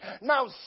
Now